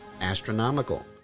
astronomical